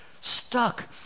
stuck